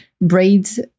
braids